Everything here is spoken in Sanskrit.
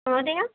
महोदय